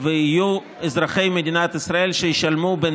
ויהיו אזרחי מדינת ישראל שישלמו בין